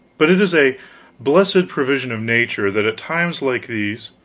but it is a blessed provision of nature that at times like these,